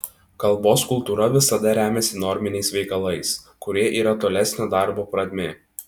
kalbos kultūra visada remiasi norminiais veikalais kurie yra tolesnio darbo pradmė